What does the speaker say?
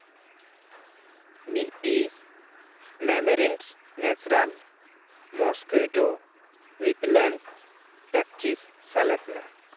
ᱢᱤᱫ ᱯᱤᱥ ᱢᱮᱢᱮᱨᱮᱞ natural mosquito repellent patches ᱥᱮᱞᱮᱫ ᱢᱮ